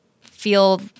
feel